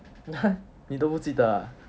你都不记得了 ah